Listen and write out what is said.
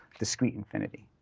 discrete infinity.